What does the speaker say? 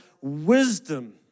wisdom